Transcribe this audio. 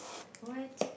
what